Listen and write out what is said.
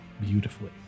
Beautifully